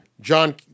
John